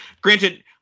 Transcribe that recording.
granted